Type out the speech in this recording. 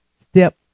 step